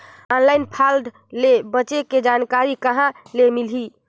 Online fraud ले बचे के जानकारी कहां ले मिलही?